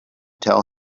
tell